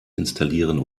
installieren